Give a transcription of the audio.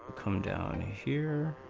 come down here